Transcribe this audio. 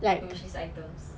to wish list items